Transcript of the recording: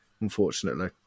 unfortunately